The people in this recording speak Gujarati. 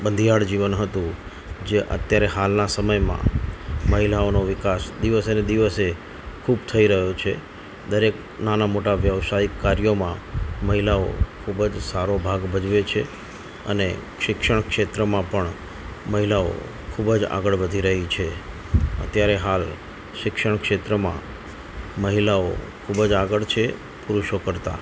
બંધિયાળ જીવન હતું જે અત્યારે હાલના સમયમાં મહિલાઓનો વિકાસ દિવસે ને દિવસે ખૂબ થઈ રહ્યો છે દરેક નાના મોટા વ્યવસાયિક કાર્યોમાં મહિલાઓ ખૂબ જ સારો ભાગ ભજવે છે અને શિક્ષણ ક્ષેત્રમાં પણ મહિલાઓ ખૂબ જ આગળ વધી રહી છે અત્યારે હાલ શિક્ષણ ક્ષેત્રમાં મહિલાઓ ખૂબ જ આગળ છે પુરુષો કરતા